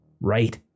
Right